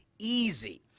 Easy